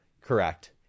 Correct